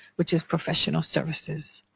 which is professional services.